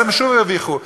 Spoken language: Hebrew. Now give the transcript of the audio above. אז הם שוב הרוויחו.